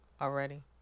already